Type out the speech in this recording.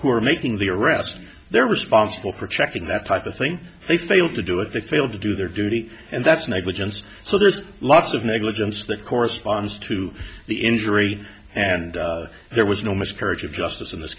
who are making the arrest they're responsible for checking that type of thing they failed to do it they failed to do their duty and that's negligence so there's lots of negligence that corresponds to the injury and there was no miscarriage of justice in this